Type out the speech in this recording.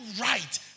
right